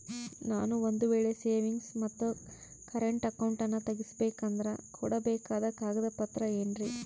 ನಾನು ಒಂದು ವೇಳೆ ಸೇವಿಂಗ್ಸ್ ಮತ್ತ ಕರೆಂಟ್ ಅಕೌಂಟನ್ನ ತೆಗಿಸಬೇಕಂದರ ಕೊಡಬೇಕಾದ ಕಾಗದ ಪತ್ರ ಏನ್ರಿ?